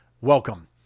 Welcome